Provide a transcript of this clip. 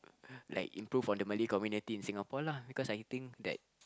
like improve on the Malay community in Singapore lah because I think that